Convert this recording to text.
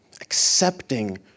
accepting